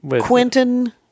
Quentin